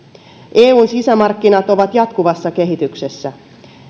eun sisämarkkinat ovat jatkuvassa kehityksessä